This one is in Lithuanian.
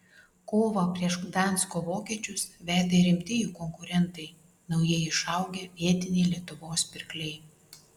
kovą prieš gdansko vokiečius vedė rimti jų konkurentai naujai išaugę vietiniai lietuvos pirkliai